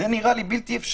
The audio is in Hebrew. זה נראה לי בלתי אפשרי,